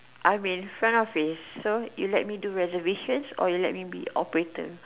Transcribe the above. I will front office so you let me do reservation or you let me be operator